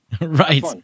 Right